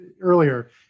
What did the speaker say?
earlier